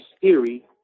theory